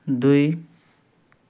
दुई